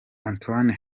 antoine